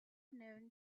known